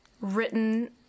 written